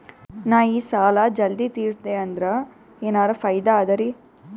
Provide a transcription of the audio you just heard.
ನಾ ಈ ಸಾಲಾ ಜಲ್ದಿ ತಿರಸ್ದೆ ಅಂದ್ರ ಎನರ ಫಾಯಿದಾ ಅದರಿ?